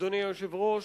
אדוני היושב-ראש,